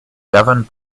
governed